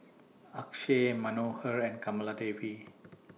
Akshay Manohar and Kamaladevi